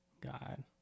God